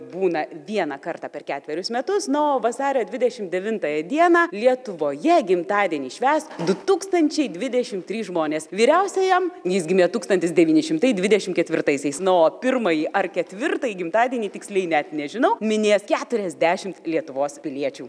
būna vieną kartą per ketverius metus na o vasario dvidešim devintąją dieną lietuvoje gimtadienį švęs du tūkstančiai dvidešim trys žmonės vyriausiajam jis gimė tūkstantis devyni šimtai dvidešim ketvirtaisiais nu o pirmąjį ar ketvirtąjį gimtadienį tiksliai net nežinau minės keturiasdešimt lietuvos piliečių